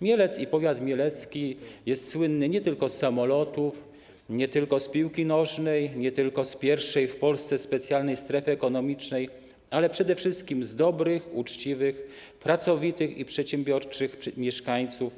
Mielec i powiat mielecki słyną nie tylko z samolotów, nie tylko z piłki nożnej, nie tylko z pierwszej w Polsce specjalnej strefy ekonomicznej, ale przede wszystkim z dobrych, uczciwych, pracowitych i przedsiębiorczych mieszkańców,